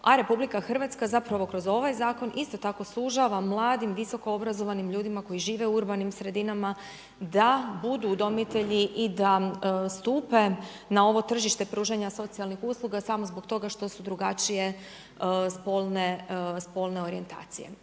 RH, a RH zapravo kroz ovaj zakon isto tako sužava mladim visoko obrazovanim ljudima koji žive u urbanim sredinama da budu udomitelji i da stupe na ovo tržište pružanja socijalnih usluga samo zbog toga što su drugačije spolne orijentacije.